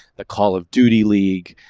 the call of duty league,